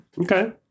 Okay